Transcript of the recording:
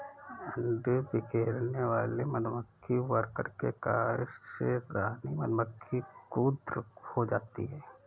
अंडे बिखेरने वाले मधुमक्खी वर्कर के कार्य से रानी मधुमक्खी क्रुद्ध हो जाती है